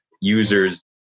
users